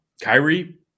Kyrie